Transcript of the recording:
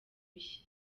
mushya